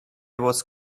was